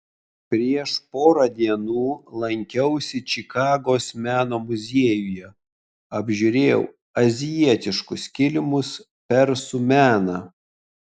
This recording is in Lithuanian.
prieš porą dienų lankiausi čikagos meno muziejuje apžiūrėjau azijietiškus kilimus persų meną